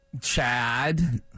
Chad